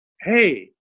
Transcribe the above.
hey